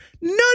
None